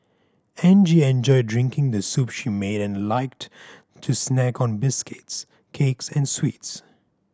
Angie enjoyed drinking the soup she made and liked to snack on biscuits cakes and sweets